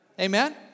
Amen